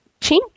chink